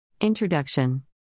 Introduction